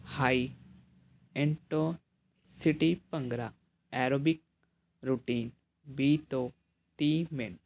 high intensity bhangra aerobic routine ਵੀਹ ਤੋਂ ਤੀਹ ਮਿੰਟ